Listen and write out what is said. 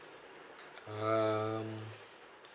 um